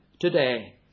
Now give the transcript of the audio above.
today